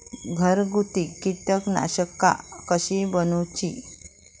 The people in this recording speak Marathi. घरगुती कीटकनाशका कशी बनवूची?